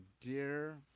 dear